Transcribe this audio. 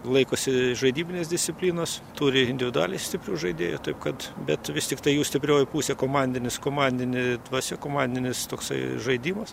laikosi žaidybinės disciplinos turi individualiai stiprų žaidėjų taip kad bet vis tiktai jų stiprioji pusė komandinis komandinė dvasia komandinis toksai žaidimas